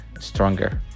stronger